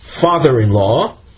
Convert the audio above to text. father-in-law